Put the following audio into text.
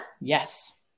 Yes